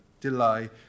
delay